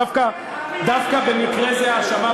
דווקא במקרה זה, אנחנו שמים.